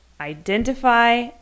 identify